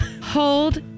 Hold